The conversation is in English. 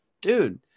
Dude